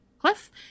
cliff